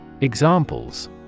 Examples